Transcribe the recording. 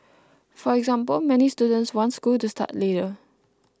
for example many students want school to start later